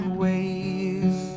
ways